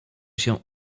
się